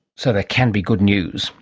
sort of can be good news,